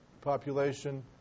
population